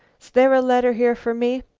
s there a letter here for me?